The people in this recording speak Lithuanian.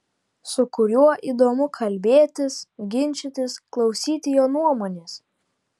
su kuriuo įdomu kalbėtis ginčytis klausyti jo nuomonės